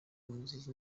umuziki